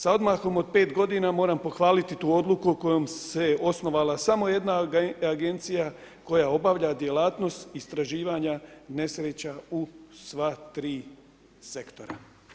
Sa odmakom od 5 godina moram pohvaliti tu odluku kojom se osnovala samo jedna agencija koja obavlja djelatnost istraživanja nesreća u sva tri sektora.